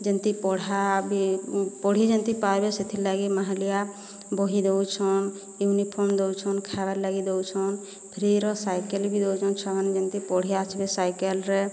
ଯେମ୍ତି ପଢ଼ା ବି ପଢ଼ି ଯେମ୍ତି ପାଇବେ ସେଥିର୍ ଲାଗି ମାହାଲିଆ ବହି ଦଉଛନ୍ ୟୁନିଫର୍ମ୍ ଦଉଛନ୍ ଖାଇବାର୍ ଲାଗି ଦଉଛନ୍ ଫ୍ରୀର ସାଇକେଲ୍ ବି ଦଉଛନ୍ ଛୁଆମାନେ ଯେମ୍ତି ପଢ଼ି ଆସିବେ ସାଇକେଲ୍ରେ